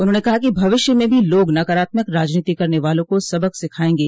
उन्होंने कहा कि भविष्य में भी लोग नकारात्मक राजनीति करने वालों को सबक सिखायेंगे